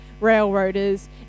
railroaders